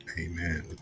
Amen